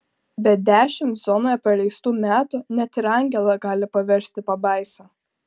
bet dešimt zonoje praleistų metų net ir angelą gali paversti pabaisa